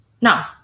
no